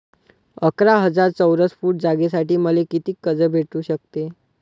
अकरा हजार चौरस फुट जागेसाठी मले कितीक कर्ज भेटू शकते?